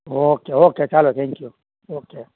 okay okay ચાલો thank you okay